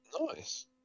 Nice